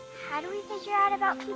how do we figure out about